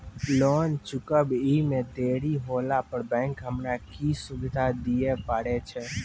Loan चुकब इ मे देरी होला पर बैंक हमरा की सुविधा दिये पारे छै?